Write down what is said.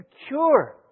secure